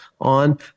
on